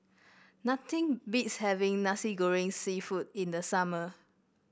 nothing beats having Nasi Goreng seafood in the summer